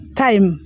time